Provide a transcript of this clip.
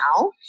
now